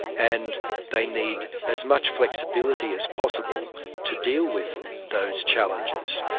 and they need as much flexibility as possible to deal with those challenges.